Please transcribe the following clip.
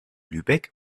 lübeck